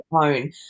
own